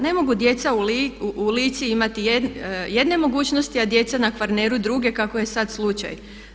Ne mogu djeca u Lici imati jedne mogućnosti a djeca na Kvarneru druge kako je sada slučaj.